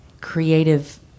creative